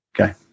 Okay